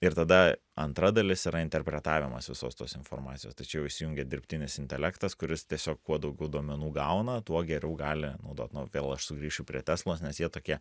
ir tada antra dalis yra interpretavimas visos tos informacijos tai čia jau įsijungia dirbtinis intelektas kuris tiesiog kuo daugiau duomenų gauna tuo geriau gali naudot na vėl aš sugrįšiu prie teslos nes jie tokie